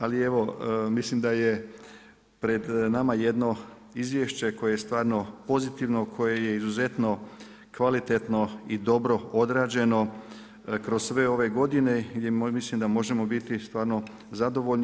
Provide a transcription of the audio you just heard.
Ali evo, mislim da je pred nama jedno izvješće koje je stvarno pozitivno, koje je izuzetno kvalitetno i dobro odrađeno kroz sve ove godine gdje mislim da možemo biti stvarno zadovoljni.